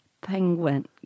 penguin